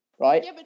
right